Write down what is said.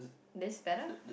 this better